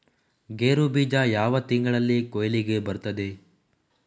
ಗೇರು ಬೀಜ ಯಾವ ತಿಂಗಳಲ್ಲಿ ಕೊಯ್ಲಿಗೆ ಬರ್ತದೆ?